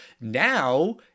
Now